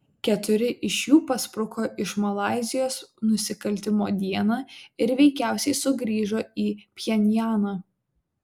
keturi iš jų paspruko iš malaizijos nusikaltimo dieną ir veikiausiai sugrįžo į pchenjaną